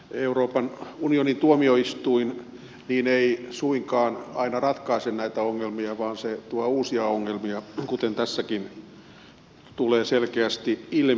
euroopan unionin tuomioistuin ei suinkaan aina ratkaise näitä ongelmia vaan se tuo uusia ongelmia kuten tässäkin tulee selkeästi ilmi